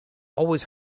always